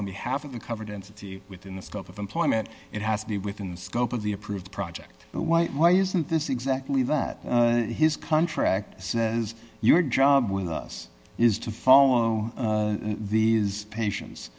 on behalf of the covered entity within the scope of employment it has to be within the scope of the approved project but why why isn't this exactly that his contract says your job with us is to follow these patients